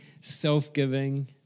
self-giving